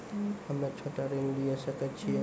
हम्मे छोटा ऋण लिये सकय छियै?